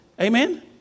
Amen